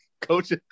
Coach